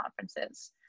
conferences